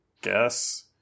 guess